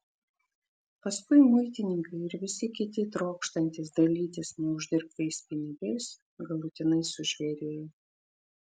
paskui muitininkai ir visi kiti trokštantys dalytis neuždirbtais pinigais galutinai sužvėrėjo